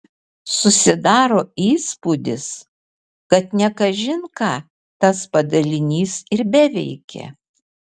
susidaro įspūdis kad ne kažin ką tas padalinys ir beveikė